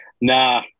nah